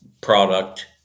product